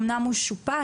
אמנם הוא שופץ,